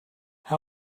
how